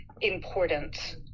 important